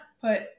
put